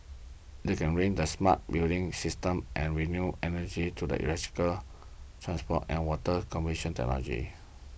they can ring the smart building systems and renewable energy to electric transport and water conservation